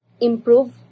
Improve